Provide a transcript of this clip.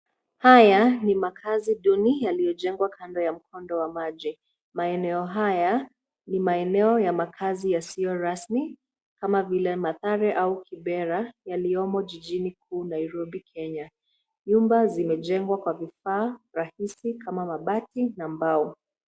Haya ni makazi duni yaliyojengwa kando ya mkondo wa maji. Maeneo haya ni maeneo ya makazi yasiyo rasmi kama vile mathare na kibera yaliyomo jijini kuu ya Nairobi Kenya. Nyumba zimejengwa kwa vifaa rahisi kama vile mabati na mbao